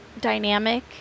dynamic